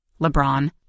LeBron